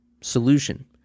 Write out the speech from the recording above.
Solution